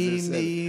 זה בסדר.